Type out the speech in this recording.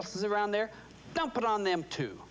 else is around there don't put on them too